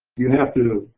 you have to